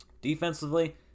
defensively